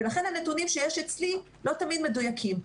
ולכן הנתונים שיש אצלי לא תמיד מדויקים,